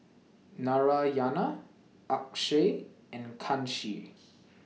Narayana Akshay and Kanshi